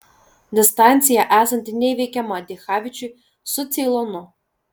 distancija esanti neįveikiama dichavičiui su ceilonu